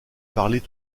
parler